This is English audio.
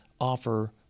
offer